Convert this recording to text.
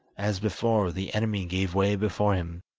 as before, the enemy gave way before him,